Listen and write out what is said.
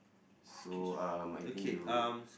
so um I think you